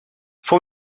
fue